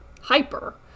hyper